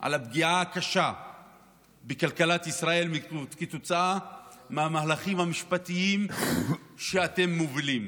על הפגיעה הקשה בכלכלת ישראל כתוצאה מהמהלכים המשפטיים שאתם מובילים,